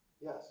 Yes